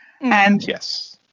Yes